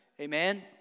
Amen